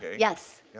yes.